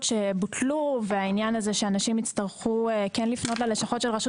שבוטלו ועל העניין שאנשים יצטרכו לפנות ללשכות של רשות